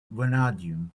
vanadium